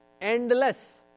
endless